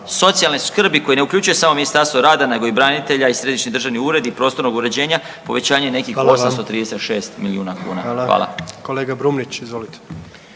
socijalne skrbi koji ne uključuje samo Ministarstvo rada, nego i branitelja, i središnji državni ured i prostornog uređenja povećanje nekih 836 milijuna kuna. **Jandroković, Gordan